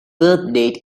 birthdate